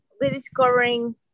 rediscovering